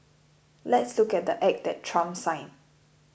let's look at the Act that Trump signed